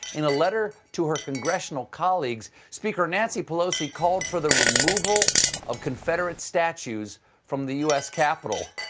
in a letter to her congressional colleagues, speaker nancy pelosi called for the removal of confederate statues from the u s. capitol.